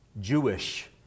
Jewish